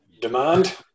demand